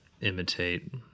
imitate